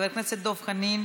חבר הכנסת דב חנין